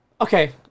Okay